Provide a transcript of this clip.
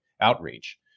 outreach